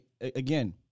again